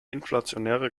inflationäre